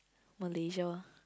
Malaysia